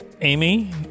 Amy